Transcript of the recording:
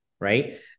right